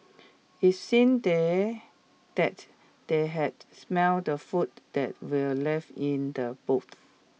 it seemed they that they had smell the food that were left in the boots